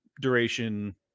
duration